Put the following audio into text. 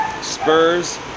Spurs